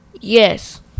Yes